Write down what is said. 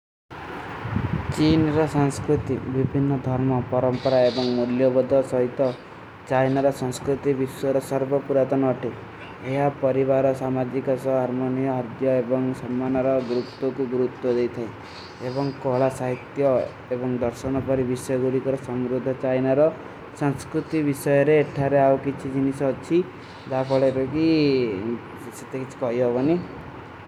ଚୀନ ଔର ସଂସ୍କୁତି, ଵିପିନ ଧର୍ମ, ପରଂପରା, ଏବଂଗ ମୁଦଲ୍ଯୋ ବଦ୍ଧା ସହୀତ ଚାଈନ। ଔର ସଂସ୍କୁତି ଵିଶ୍ଵର ସର୍ଵପୁରାତନ ଅଠେ। ଏହା ପରିଵାରା, ସାମାଜୀକାସା, ହର୍ମଣିଯା। ହର୍ଜ୍ଯା ଏବଂଗ ସଂମନ ଔର ଗୁରୁକ୍ତୋ କୁ ଗୁରୁକ୍ତୋ ଦେ ଥେ। ଏବଂଗ କୋଲା ସାହିତ୍ଯୋ ଏବଂଗ ଦର୍ଶନ ପରୀ ଵିଶ୍ଵର ଗୁରୀ କର ସମ୍ରୁଧା। ଚାଈନ ଔର ସଂସ୍କୁତି ଵିଶ୍ଵରେ ଏଠାରେ ଆଓ କୀ ଚୀଜିନୀସ ହୋଚୀ। ଦାଖଲେ ପରୀ ଇସେ ତେ କୀଛ କହ ଯୋ ଗଣୀ।